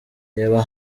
reba